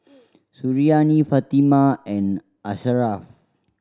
Suriani Fatimah and Asharaff